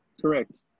correct